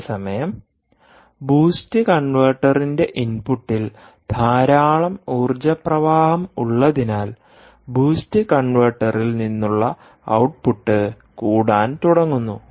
അതേസമയം ബൂസ്റ്റ് കൺവെർട്ടറിന്റെ ഇൻപുട്ടിൽ ധാരാളം ഊർജ്ജ പ്രവാഹം ഉള്ളതിനാൽ ബൂസ്റ്റ് കൺവെർട്ടറിൽ നിന്നുള്ള ഔട്ട്പുട്ട് കൂടാൻ തുടങ്ങുന്നു